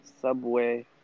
Subway